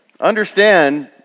Understand